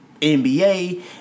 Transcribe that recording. NBA